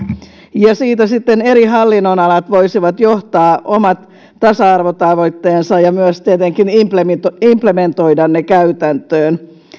ja siitä sitten eri hallinnonalat voisivat johtaa omat tasa arvotavoitteensa ja myös tietenkin implementoida implementoida ne käytäntöön